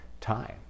time